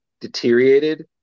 deteriorated